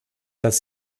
dass